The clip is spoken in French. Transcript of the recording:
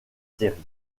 série